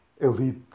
elite